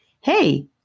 Hey